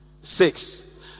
Six